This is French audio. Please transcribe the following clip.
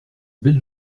belle